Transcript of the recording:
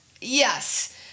Yes